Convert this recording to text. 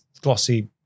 glossy